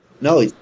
No